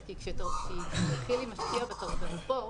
כשחילי משקיע בספורט,